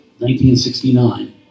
1969